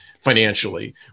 financially